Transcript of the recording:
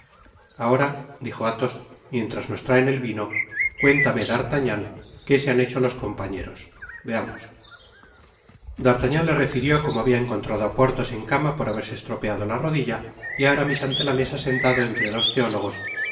ahora dijo athos mientras nos traen el vino cuéntame d'artagnan que se han hecho los compañeros veamos d'artagnan te retinó como bahia encontrado á porthos en cama por haberse estropeado la roditla y á aramis ante la mesa sentado entre dos teólogos